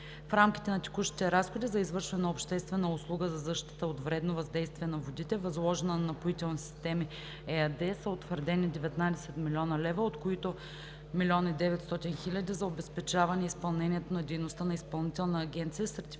В рамките на текущите разходи за извършване на обществена услуга за защита от вредното въздействие на водите, възложена на „Напоителни системи“ ЕАД, са утвърдени 19 млн. лв., от които 1,9 млн. лв. за обезпечаване изпълнението на дейността на Изпълнителна агенция „Сертификационен